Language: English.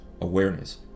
awareness